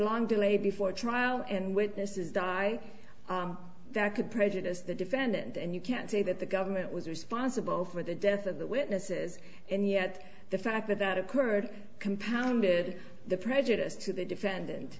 long delay before trial and witnesses die that could prejudice the defendant and you can say that the government was responsible for the death of the witnesses and yet the fact that that occurred compounded the prejudice to the defendant